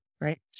Right